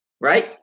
right